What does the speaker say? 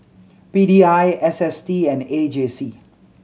P D I S S T and A J C